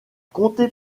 compté